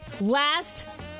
Last